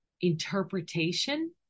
interpretation